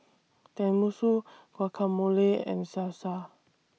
Tenmusu Guacamole and Salsa